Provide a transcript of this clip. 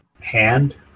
hand